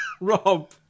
Rob